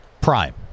Prime